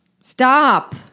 Stop